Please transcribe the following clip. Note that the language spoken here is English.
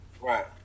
Right